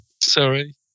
Sorry